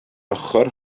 ochr